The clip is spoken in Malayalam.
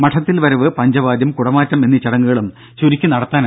മഠത്തിൽവരവ് പഞ്ചവാദ്യം കുടമാറ്റം എന്നീ ചടങ്ങുകളും ചുരുക്കി ആണ് നടത്തുക